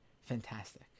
fantastic